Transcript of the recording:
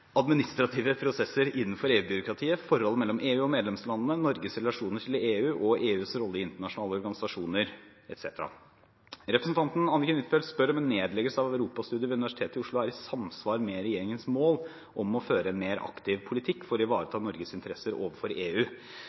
administrative prosesser innenfor EU-byråkratiet, forholdet mellom EU og medlemslandene, Norges relasjoner til EU, EUs rolle i internasjonale organisasjoner etc. Representanten Anniken Huitfeldt spør om en nedleggelse av europastudier ved Universitet i Oslo er i samsvar med regjeringens mål om å føre en mer aktiv politikk for å ivareta Norges interesser overfor EU.